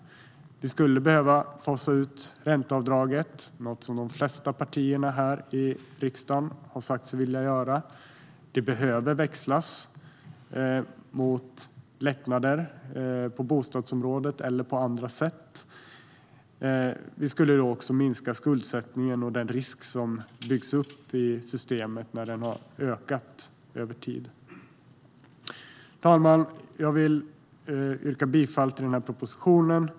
Vi skulle behöva fasa ut ränteavdraget, vilket de flesta partier här i riksdagen har sagt sig vilja göra. Vi behöver växla det mot lättnader på bostadsområdet eller mot något annat. Det skulle också minska skuldsättningen och den risk som byggs upp i systemet när skuldsättningen ökar över tid. Herr talman! Jag vill yrka bifall till propositionen.